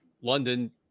London